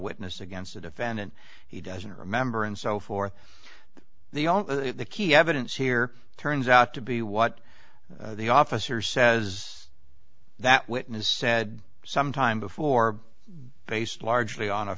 witness against a defendant he doesn't remember and so forth the only key evidence here turns out to be what the officer says that witness said some time before based largely on a